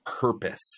purpose